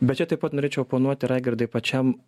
bet čia taip pat norėčiau oponuoti raigardai pačiam